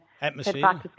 Atmosphere